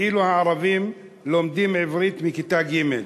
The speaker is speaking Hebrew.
ואילו הערבים לומדים עברית מכיתה ג'?